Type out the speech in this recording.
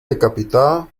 decapitada